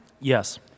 Yes